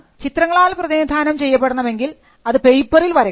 ചിത്രങ്ങളാൽ പ്രതിനിധാനം ചെയ്യപ്പെടണമെങ്കിൽ അത് പേപ്പറിൽ വരയ്ക്കണം